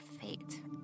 fate